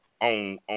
on